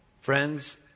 Friends